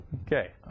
Okay